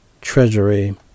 Treasury